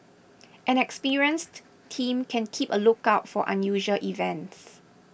an experienced team can keep a lookout for unusual events